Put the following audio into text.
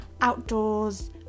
outdoors